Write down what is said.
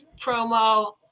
promo